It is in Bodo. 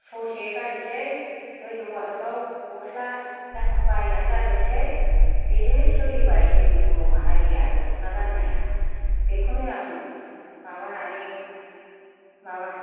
ससे गाननोसै गोजौ बाहागआव गस्ला बायना गाननोसै बेजोंनो सोलिबाय जोंनि बर' माहारिया दख'ना गाननाया बेखौनो आं माबानानै माबा